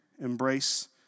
embrace